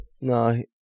no